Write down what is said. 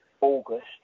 August